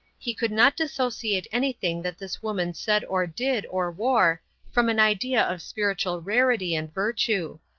he could not dissociate anything that this woman said or did or wore from an idea of spiritual rarity and virtue.